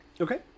Okay